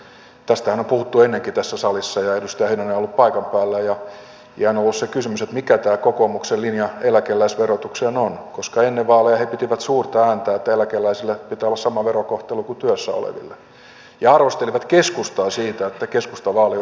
tästähän on puhuttu ennenkin tässä salissa ja edustaja heinonen on ollut paikan päällä ja on ollut se kysymys että mikä tämä kokoomuksen linja eläkeläisverotukseen on koska ennen vaaleja he pitivät suurta ääntä että eläkeläisillä pitää olla sama verokohtelu kuin työssä olevilla ja arvostelivat keskustaa siitä että keskustan vaaliohjelmassa näin ei ollut